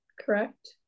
correct